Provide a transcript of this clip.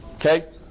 Okay